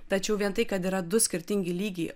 tačiau vien tai kad yra du skirtingi lygiai